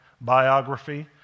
biography